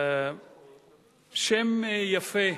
שם יפה,